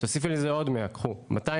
תוסיפי לזה עוד 100, קחו.